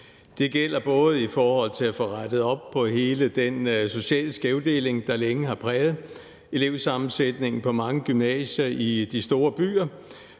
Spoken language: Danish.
Det gælder både i forhold til at få rettet op på hele den sociale skævdeling, der længe har præget elevsammensætningen på mange gymnasier i de store byer,